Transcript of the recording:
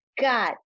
God